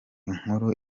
inkuru